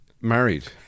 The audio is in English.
married